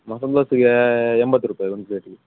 ಮಸಾಲೆ ದೋಸೆಗೆ ಎಂಬತ್ತು ರೂಪಾಯಿ ಒಂದು ಪ್ಲೇಟಿಗೆ